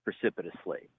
precipitously